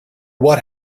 what